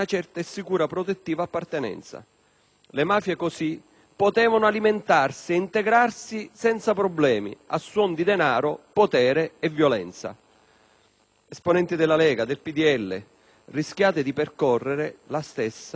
Le mafie così potevano alimentarsi e integrarsi senza problemi, a suon di denaro, potere e violenza. Esponenti della Lega e del PdL, rischiate di percorrere la stessa, rovinosa strada.